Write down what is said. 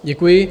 Děkuji.